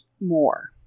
more